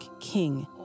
king